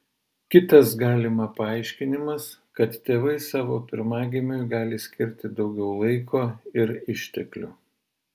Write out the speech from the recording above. kitas galima paaiškinimas kad tėvai savo pirmagimiui gali skirti daugiau laiko ir išteklių